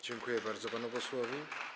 Dziękuję bardzo panu posłowi.